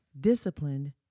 disciplined